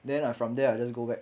then I from there I just go back